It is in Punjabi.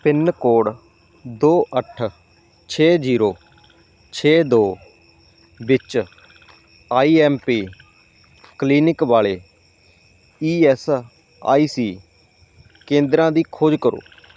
ਪਿੰਨਕੋਡ ਦੋ ਅੱਠ ਛੇ ਜੀਰੋ ਛੇ ਦੋ ਵਿੱਚ ਆਈ ਐੱਮ ਪੀ ਕਲੀਨਿਕ ਵਾਲੇ ਈ ਐੱਸ ਆਈ ਸੀ ਕੇਂਦਰਾਂ ਦੀ ਖੋਜ ਕਰੋ